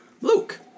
Luke